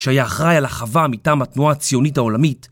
שהיה אחראי על החווה מטעם התנועה הציונית העולמית